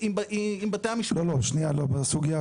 הוא אומר בסדר, לפלוני לא שילמתי אבל